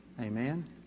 Amen